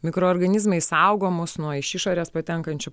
mikroorganizmai saugo mus nuo iš išorės patenkančių